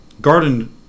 Garden